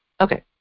Okay